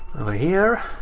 here.